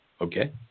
okay